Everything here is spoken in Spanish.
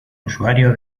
usuario